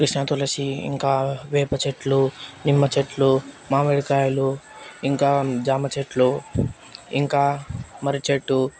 కృష్ణ తులసి ఇంకా వేప చెట్లు నిమ్మ చెట్లు మామిడికాయలు ఇంకా జామ చెట్లు ఇంకా మర్రి చెట్టు